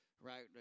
Right